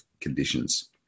conditions